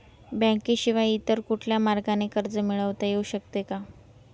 बँकेशिवाय इतर कुठल्या मार्गाने कर्ज मिळविता येऊ शकते का?